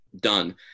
done